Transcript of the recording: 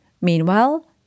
Meanwhile